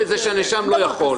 לא את זה ולא את זה.